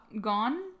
gone